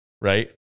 right